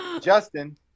Justin